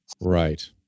Right